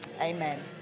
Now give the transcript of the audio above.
amen